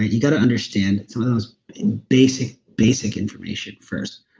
you got to understand some of the most basic, basic information first.